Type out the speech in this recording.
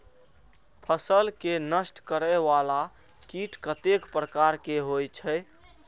फसल के नष्ट करें वाला कीट कतेक प्रकार के होई छै?